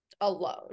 alone